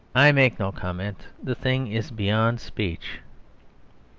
i make no comment the thing is beyond speech.